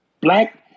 black